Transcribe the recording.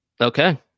Okay